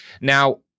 now